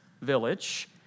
village